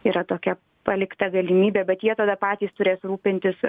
yra tokia palikta galimybė bet jie tada patys turės rūpintis